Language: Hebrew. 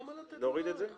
למה לתת להם עוד?